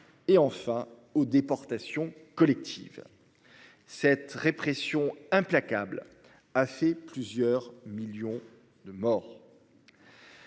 et enfin aux déportations collectives. Cette répression implacable, a fait plusieurs millions de morts.